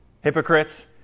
Hypocrites